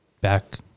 back